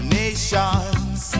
nations